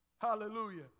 Hallelujah